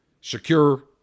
secure